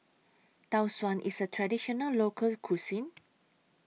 Tau Suan IS A Traditional Local Cuisine